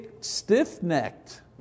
Stiff-necked